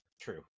true